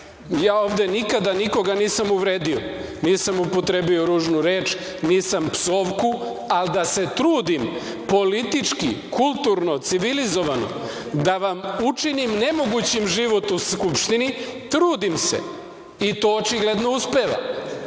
Ja ovde nikada nikog nisam uvredio, nisam upotrebio ružnu reč, nisam psovku, ali da se trudim politički, kulturno, civilizovano da vam učinim nemogućim život u Skupštini, trudim se i to očigledno